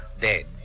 dead